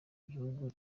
igihugu